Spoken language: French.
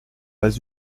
pas